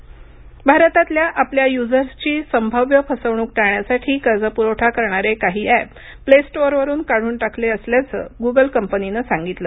Google app भारतातल्या आपल्या युझर्सची संभाव्य फसवणूक टाळण्यासाठी कर्ज पुरवठा करणारे काही अॅप प्ले स्टोअरवरून काढून टाकली असल्याचं गुगल कंपनीनं सांगितलं